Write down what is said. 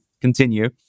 continue